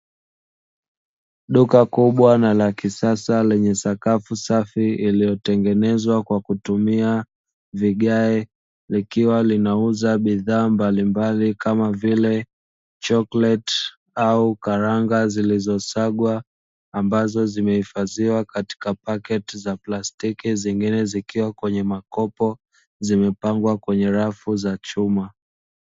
Duka kubwa na la kisasa lenye sakafu safi iliyotengenezwa kwa kutumia vigae, likiwa linauza bidhaa mbalimbali, kama vile chokleti au karanga zilizosagwa ambazo zimehifadhiwa katika paketi za plastiki, zingine zikiwa kwenye makopo zimepangwa kwenye rafu za chuma.